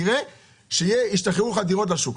תראה שהדירות ישתחררו לשוק.